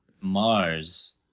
Mars